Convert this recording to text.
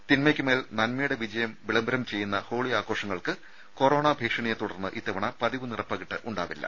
തിന്മയ്ക്ക് മേൽ നന്മയുടെ വിജയം വിളംബരം ചെയ്യുന്ന ഹോളി ആഘോഷങ്ങൾക്ക് കൊറോണ ഭീഷ ണിയെ തുടർന്ന് ഇത്തവണ പതിവ് നിറപ്പകിട്ട് ഉണ്ടാവില്ല